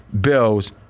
Bills